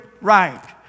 right